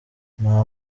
nta